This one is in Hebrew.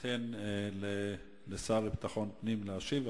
ניתן לשר לביטחון פנים להשיב,